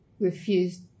refused